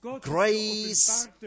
Grace